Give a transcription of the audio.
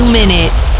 minutes